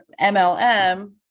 MLM